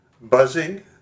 buzzing